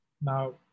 Now